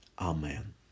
Amen